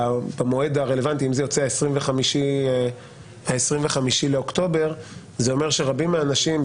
במועד הרלוונטי אם זה יוצא ה-25 באוקטובר אומר שרבים מהאנשים,